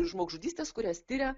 žmogžudystes kurias tiria